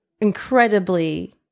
incredibly